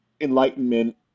enlightenment